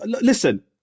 listen